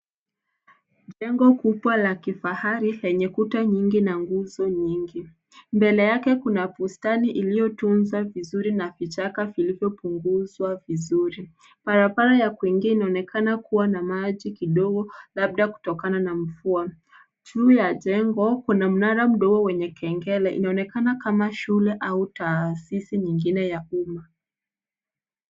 Jengo kubwa la kifahari lenye kuta nyingi na nguzo nyingi. Mbele yake kuna bustani iliyotuzwa vizuri na vichaka vilivyopunguzwa vizuri. Barabara ya kuingia inaonekana kuwa na maji Kidogo labda kutokana na mvua. Juu ya jengo Kuna mnara mdogo wenye kengele, inaonekana kama shule au taasisi nyingine ya uma.